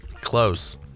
Close